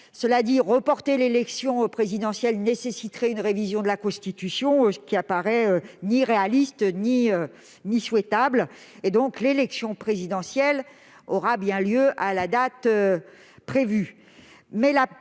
Cela dit, reporter l'élection présidentielle nécessiterait une révision de la Constitution qui n'apparaît ni réaliste ni souhaitable. L'élection présidentielle aura donc bien lieu à la date prévue.